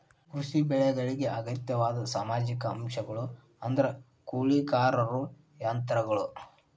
ಕೃಷಿ ಬೆಳೆಗಳಿಗೆ ಅಗತ್ಯವಾದ ಸಾಮಾಜಿಕ ಅಂಶಗಳು ಅಂದ್ರ ಕೂಲಿಕಾರರು ಯಂತ್ರಗಳು